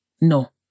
No